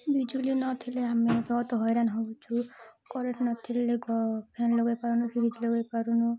ବିଜୁଳି ନଥିଲେ ଆମେ ବହୁତ ହଇରାଣ ହେଉଛୁ କରେଣ୍ଟ୍ ନଥିଲେ ଫ୍ୟାନ୍ ଲଗେଇ ପାରୁନୁ ଫ୍ରିଜ୍ ଲଗେଇ ପାରୁନୁ